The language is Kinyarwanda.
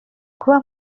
kuba